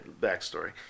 backstory